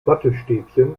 wattestäbchen